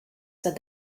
said